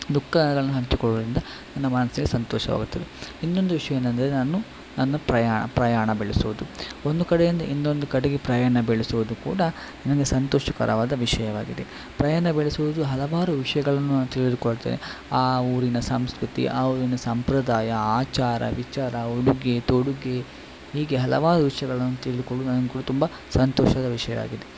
ದುಃಖಗಳನ್ನು ಹಂಚಿಕೊಳ್ಳುವುದರಿಂದ ನನ್ನ ಮನಸ್ಸಿಗೆ ಸಂತೋಷವಾಗುತ್ತದೆ ಇನ್ನೊಂದು ವಿಷ್ಯ ಏನೆಂದರೆ ನಾನು ನನ್ನ ಪ್ರಯಾ ಪ್ರಯಾಣ ಬೆಳೆಸೋದು ಒಂದು ಕಡೆಯಿಂದ ಇನ್ನೊಂದು ಕಡೆಗೆ ಪ್ರಯಾಣ ಬೆಳೆಸೋದು ಕೂಡ ನನಗೆ ಸಂತೋಷಕರವಾದ ವಿಷಯವಾಗಿದೆ ಪ್ರಯಾಣ ಬೆಳೆಸೋದು ಹಲವಾರು ವಿಷಯಗಳನ್ನು ನಾವು ತಿಳಿದುಕೊಳ್ತೇವೆ ಆ ಊರಿನ ಸಂಸ್ಕೃತಿ ಆ ಊರಿನ ಸಂಪ್ರದಾಯ ಆಚಾರ ವಿಚಾರ ಉಡುಗೆ ತೊಡುಗೆ ಹೀಗೆ ಹಲವಾರು ವಿಷಯಗಳನ್ನ ತಿಳಿದುಕೊಳ್ಳುವುದರಿಂದ ನನಗೆ ಕೂಡ ತುಂಬ ಸಂತೋಷದ ವಿಷಯವಾಗಿದೆ